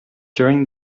during